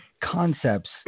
concepts